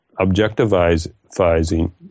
objectivizing